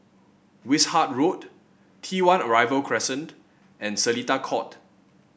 Wishart Road T One Arrival Crescent and Seletar Court